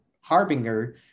harbinger